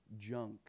junk